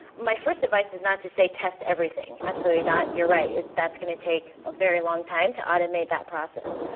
my first device is not to say, test everything. absolutely not, you're right. that's going to take a very long time to automate that process.